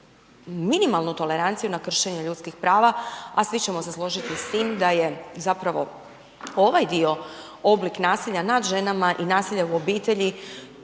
minimalnu toleranciju na kršenje ljudskih prava, a svi ćemo se složiti s tim da je zapravo ovaj dio oblik nasilja nad ženama i nasilja u obitelji